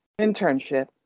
internship